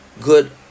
good